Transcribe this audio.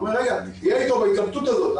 צריך להיות איתו בהתלבטות הזאת,